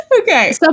okay